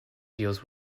deals